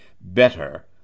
better